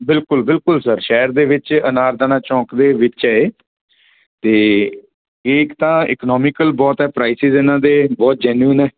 ਬਿਲਕੁਲ ਬਿਲਕੁਲ ਸਰ ਸ਼ਹਿਰ ਦੇ ਵਿੱਚ ਅਨਾਰਦਾਨਾ ਚੌਂਕ ਦੇ ਵਿੱਚ ਹੈ ਇਹ ਅਤੇ ਇੱਕ ਤਾਂ ਇਕਨੋਮਿਕਲ ਬਹੁਤ ਹੈ ਪ੍ਰਾਈਸਸ ਇਹਨਾਂ ਦੇ ਬਹੁਤ ਜੈਨੂਇਨ ਹੈ